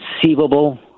conceivable